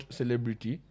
celebrity